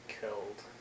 killed